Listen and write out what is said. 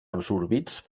absorbits